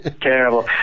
terrible